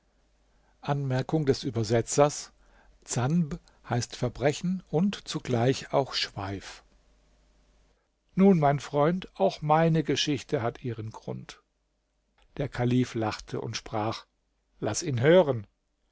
nun mein freund auch meine geschichte hat ihren grund der kalif lachte und sprach laß ihn hören